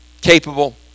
capable